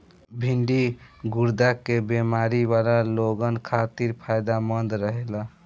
भिन्डी गुर्दा के बेमारी वाला लोगन खातिर फायदमंद रहेला